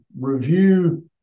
review